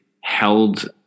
held